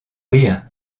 rire